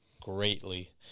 greatly